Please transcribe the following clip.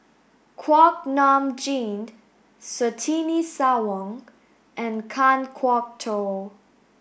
Kuak Nam Jin Surtini Sarwan and Kan Kwok Toh